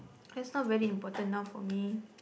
is not very important now for me